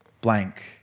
Blank